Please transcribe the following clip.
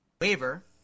waiver